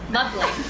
Lovely